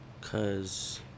Cause